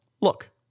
look